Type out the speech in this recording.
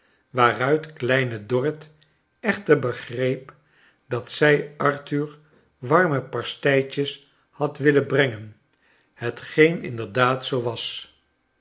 waaruit kleine dorrit echter begreep dat zij arthur warme pasteitjes had willen brengen hetgeen inderdaad zoo was